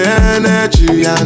energy